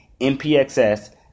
MPXS